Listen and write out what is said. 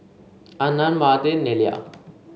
Anand Mahade Neila